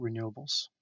renewables